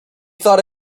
thought